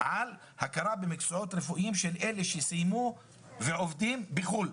על הכרה במקצועות רפואיים של אלה שסיימו ועובדים בחו"ל,